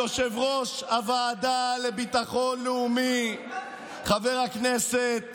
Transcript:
יושב-ראש הוועדה לביטחון לאומי חבר הכנסת